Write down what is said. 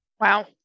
Wow